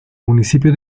municipio